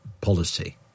policy